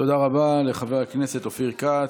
תודה רבה לחבר הכנסת אופיר כץ.